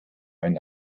ein